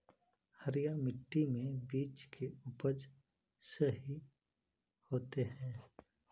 हरिया मिट्टी में बीज के उपज सही होते है?